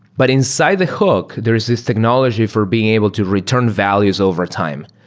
but inside the hook, there is this technology for being able to return values overtime.